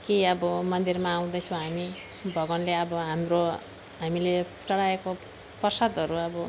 कि अब मन्दिरमा आउँदैछौँ हामी भगवान्ले अब हाम्रो हामीले चढाएको प्रसादहरू अब